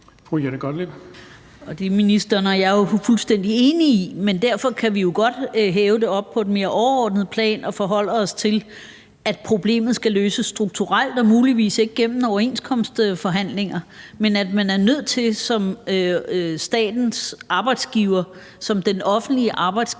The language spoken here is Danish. Det er ministeren er jeg jo fuldstændig enige om. Men derfor kan vi jo godt hæve det op på et mere overordnet plan og forholde os til, at problemet skal løses strukturelt og muligvis ikke gennem overenskomstforhandlinger, men at man som statens arbejdsgiver, som den offentlige arbejdsgiver,